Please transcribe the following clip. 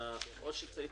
או שצריך